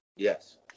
Yes